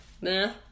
meh